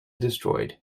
destroyed